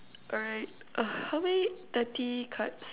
alright how many thirty cards